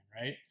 Right